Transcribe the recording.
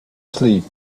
sleep